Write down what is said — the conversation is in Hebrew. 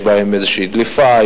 יש בהן איזו דליפה,